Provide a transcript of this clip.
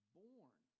born